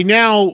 now